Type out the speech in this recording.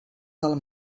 del